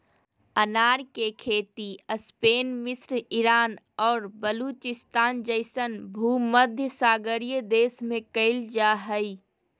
अनार के खेती स्पेन मिस्र ईरान और बलूचिस्तान जैसन भूमध्यसागरीय देश में कइल जा हइ